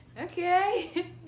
Okay